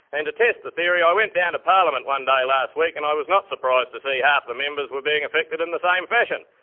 and to test the theory i went down to parliament one day last week and i was not surprised to see half the members were being affected in the same fashion.